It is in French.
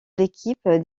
l’équipe